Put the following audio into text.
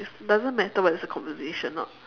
it doesn't matter what is the conversation ah